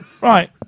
Right